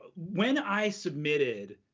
when i submitted